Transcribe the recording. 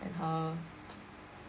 and how